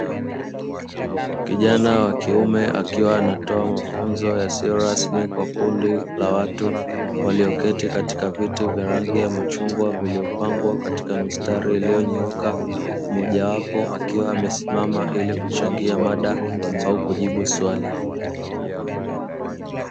Kijana wa kiume akiwa anatoa mafunzo yasiyo rasmi kwa kundi la watu walioketi katika viti vya rangi ya machungwa vilivyopangwa katika mistari iliyonyooka, mmoja wapo akiwa amesimama ili kuchangia mada au kujibu swali.